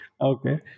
okay